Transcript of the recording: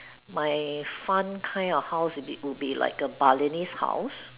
my fun kind of house will be would be like a Balinese house